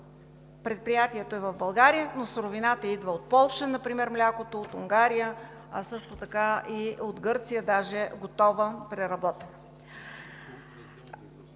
предприятието е в България, но суровината идва от Полша например, млякото от Унгария, а също така и от Гърция даже готова, преработена.